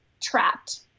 trapped